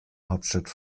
hauptstadt